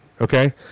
Okay